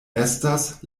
estas